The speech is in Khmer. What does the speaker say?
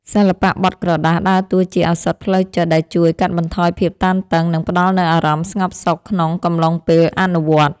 សិល្បៈបត់ក្រដាសដើរតួជាឱសថផ្លូវចិត្តដែលជួយកាត់បន្ថយភាពតានតឹង និងផ្ដល់នូវអារម្មណ៍ស្ងប់សុខក្នុងកំឡុងពេលអនុវត្ត។